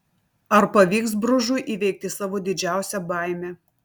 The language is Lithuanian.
ar pavyks bružui įveikti savo didžiausią baimę